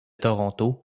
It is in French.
toronto